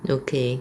okay